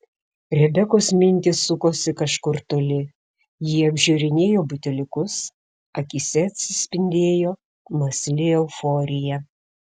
rebekos mintys sukosi kažkur toli ji apžiūrinėjo buteliukus akyse atsispindėjo mąsli euforija